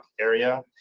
area